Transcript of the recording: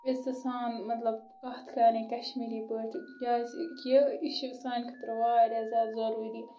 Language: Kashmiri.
عِزتہٕ سان مطلب کتھ کرٕنۍ کشمیٖری پٲٹھۍ کیازِ کہِ یہ چھِ سانہِ خٲطرٕ واریاہ ضروٗری